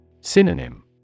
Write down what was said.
Synonym